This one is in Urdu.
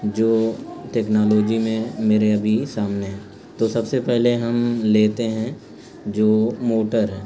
جو ٹیکنالوجی میں میرے ابھی سامنے ہیں تو سب سے پہلے ہم لیتے ہیں جو موٹر ہے